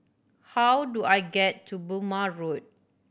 how do I get to Burmah Road